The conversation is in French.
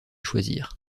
choisir